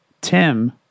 Tim